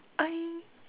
I